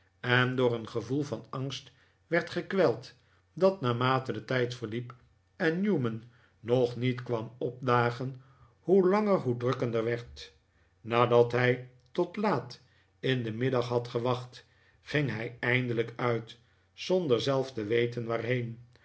en door een gevoel van angst werd gekweld dat naarmate de tijd verliep en newman nog niet kwam opdagen hoe langer hoe drukkender werd nadat hij tot laat in den middag had gewacht ging hij eindelijk uit zonder zelf te weten waarheen